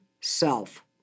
self